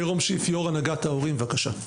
מירום שיף, יו"ר הנהגת ההורים הארצית, בבקשה.